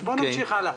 בואו נמשיך הלאה.